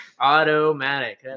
Automatic